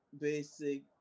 basic